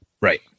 Right